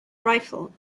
rifle